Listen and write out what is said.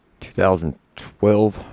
2012